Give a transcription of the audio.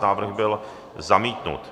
Návrh byl zamítnut.